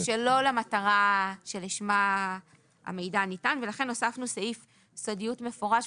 שלא למטרה שלשמה המידע ניתן ולכן הוספנו סעיף סודיות מפורש.